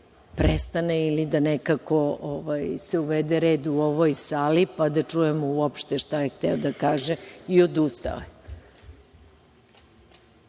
prestane ili da nekako se uvede red u ovoj sali, pa da čujemo uopšte šta je hteo da kaže i odustao